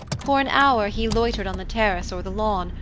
for an hour he loitered on the terrace or the lawn,